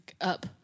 Up